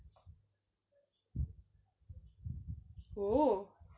!woah!